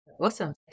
Awesome